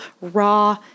raw